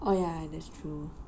oh ya that's true